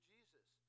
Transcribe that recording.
Jesus